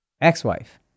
ex-wife